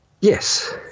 yes